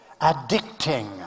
addicting